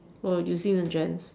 oh using the gents